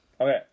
Okay